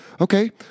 Okay